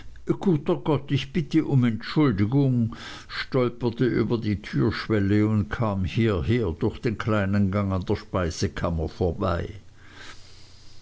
guter gott ich bitte um entschuldigung stolperte über die türschwelle und kam hierher durch den kleinen gang an der speisekammer vorbei